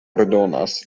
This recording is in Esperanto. ordonas